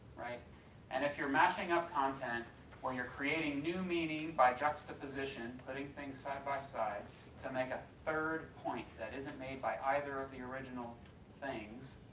and if you're mashing up content or you're creating new meaning by juxtaposition, putting things side by side to make a third point that isn't made by either of the original things,